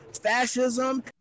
fascism